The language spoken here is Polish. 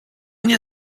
nie